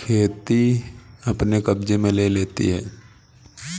को ना भरने पर बैंकों द्वारा क्या वैकल्पिक समाधान हैं?